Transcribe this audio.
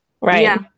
Right